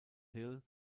hill